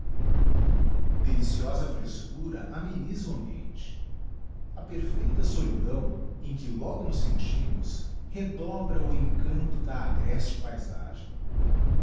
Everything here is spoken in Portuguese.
deliciosa frescura amenisa o ambiente a perfeita solidão em que logo nos sentimos redobra o encanto da agreste paisagem